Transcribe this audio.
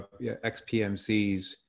XPMCs